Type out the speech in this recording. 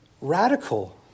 Radical